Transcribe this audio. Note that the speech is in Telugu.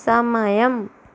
సమయం